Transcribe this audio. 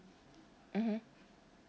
mmhmm